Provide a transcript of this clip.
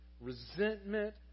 resentment